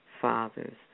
fathers